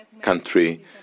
country